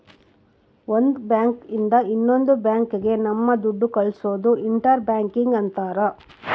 ಒಂದ್ ಬ್ಯಾಂಕ್ ಇಂದ ಇನ್ನೊಂದ್ ಬ್ಯಾಂಕ್ ಗೆ ನಮ್ ದುಡ್ಡು ಕಳ್ಸೋದು ಇಂಟರ್ ಬ್ಯಾಂಕಿಂಗ್ ಅಂತಾರ